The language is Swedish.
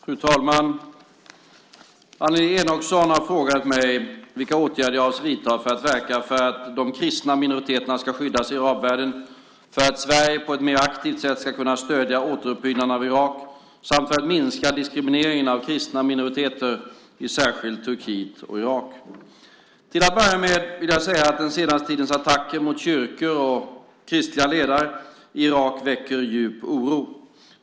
Fru talman! Annelie Enochson har frågat mig vilka åtgärder jag avser att vidta för att verka för att de kristna minoriteterna ska skyddas i arabvärlden, för att Sverige på ett mer aktivt sätt ska kunna stödja återuppbyggnaden av Irak samt för att minska diskrimineringen av kristna minoriteter i särskilt Turkiet och Irak. Till att börja med vill jag säga att den senaste tidens attacker mot kyrkor och kyrkliga ledare i Irak väcker djup oro.